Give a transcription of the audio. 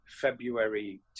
February